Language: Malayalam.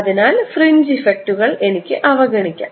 അതിനാൽ ഫ്രിഞ്ച് ഇഫക്റ്റുകൾ എനിക്ക് അവഗണിക്കാം